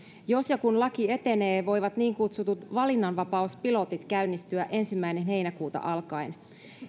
jos ja kun laki etenee voivat niin kutsutut valinnanvapauspilotit käynnistyä ensimmäinen heinäkuuta alkaen